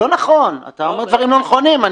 אתה אומר דברים לא נכונים,